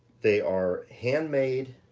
they are handmade.